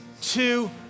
two